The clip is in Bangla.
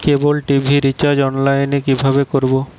কেবল টি.ভি রিচার্জ অনলাইন এ কিভাবে করব?